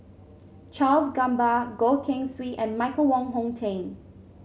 Charles Gamba Goh Keng Swee and Michael Wong Hong Teng